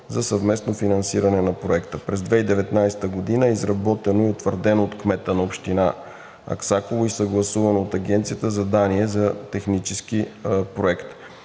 за съвместно финансиране на проекта. През 2019 г. е изработено и утвърдено от кмета на Община Аксаково и съгласувано от Агенцията задание за технически проект.